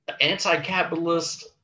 Anti-capitalist